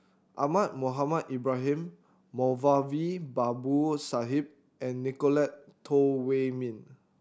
Ahmad Mohamed Ibrahim Moulavi Babu Sahib and Nicolette Teo Wei Min